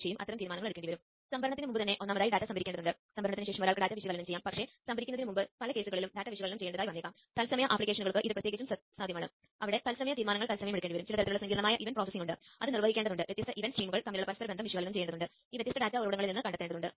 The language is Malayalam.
തുടക്കത്തിൽ നിങ്ങൾ Xbee ലൈബ്രറി നടത്തുന്നതിന് മുമ്പ് തന്നെ അത് ഇൻസ്റ്റാൾ ചെയ്യേണ്ടതുണ്ട്